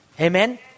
Amen